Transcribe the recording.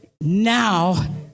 now